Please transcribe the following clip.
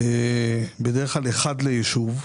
בדרך כלל אחד לישוב.